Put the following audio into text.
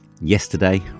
yesterday